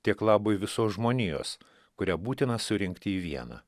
tiek labui visos žmonijos kurią būtina surinkti į vieną